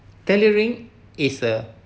tailoring is a